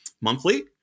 monthly